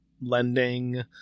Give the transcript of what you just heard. Lending